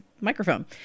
microphone